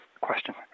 question